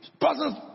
persons